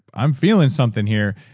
i'm feeling something here.